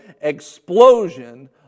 explosion